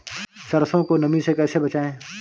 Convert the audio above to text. सरसो को नमी से कैसे बचाएं?